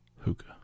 Hookah